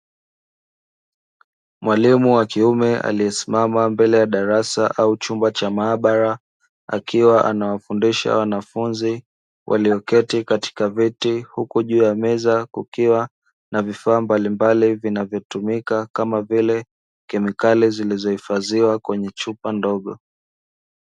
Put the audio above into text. Mwalimu wa kiume aliyesimama mbele ya darasa au chumba cha maabara, akiwa anawafundisha wanafunzi walioketi katika viti, huku juu ya meza kukiwa na vifaa mbalimbali vinavyotumika, kama vile kemikali; zilizohifadhiwa kwenye chupa ndogo.